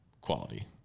quality